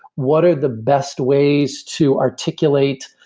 what are the best ways to articulate?